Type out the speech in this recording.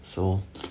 so